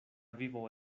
vivo